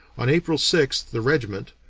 on april sixth the regiment,